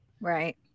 Right